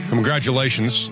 Congratulations